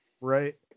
right